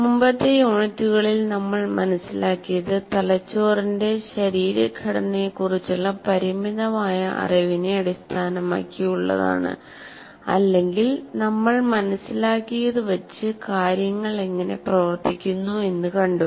മുമ്പത്തെ യൂണിറ്റുകളിൽ നമ്മൾ മനസിലാക്കിയത് തലച്ചോറിന്റെ ശരീരഘടനയെക്കുറിച്ചുള്ള പരിമിതമായ അറിവിനെ അടിസ്ഥാനമാക്കിയുള്ളതാണ് അല്ലെങ്കിൽ നമ്മൾ മനസിലാക്കിയത് വച്ച് കാര്യങ്ങൾ എങ്ങനെ പ്രവർത്തിക്കുന്നു എന്ന് കണ്ടു